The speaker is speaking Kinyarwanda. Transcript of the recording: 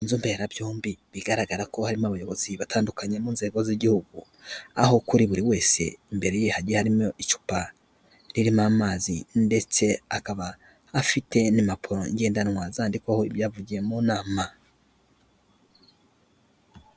Inzu mberabyombi, bigaragara ko harimo' abayobozi batandukanye mu nzego z'igihugu, aho kuri buri wese imbere ye hagiye harimo icupa, ririmo amazi ndetse akaba afite n'impapuro ngendanwa, zandikwaho ibyavugiwe mu nama.